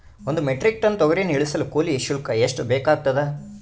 ಒಂದು metric tonne ತೊಗರಿಯನ್ನು ಇಳಿಸಲು ಕೂಲಿ ಶುಲ್ಕ ಎಷ್ಟು ಬೇಕಾಗತದಾ?